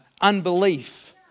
unbelief